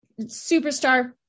superstar